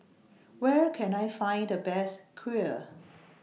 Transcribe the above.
Where Can I Find The Best Kheer